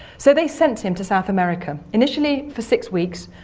so they sent him to south america, initially for six weeks,